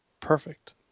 perfect